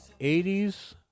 80s